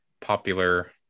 popular